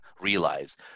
realize